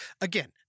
Again